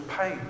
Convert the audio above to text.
pain